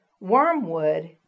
Wormwood